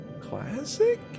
classic